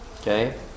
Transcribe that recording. Okay